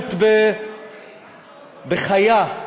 התעללות בחיה,